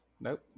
Nope